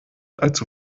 allzu